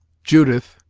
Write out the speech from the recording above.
judith,